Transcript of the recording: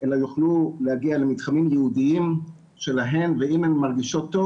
אלא יוכלו להגיע למתחמים ייעודיים שלהן ואם הן מרגישות טוב